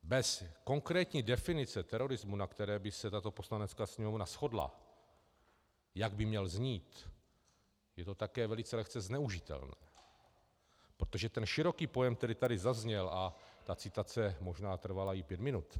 Bez konkrétní definice terorismu, na které by se tato Poslanecká sněmovna shodla, jak by měl znít, je to také velice lehce zneužitelné, protože ten široký pojem, který tady zazněl, a ta citace možná trvala i pět minut...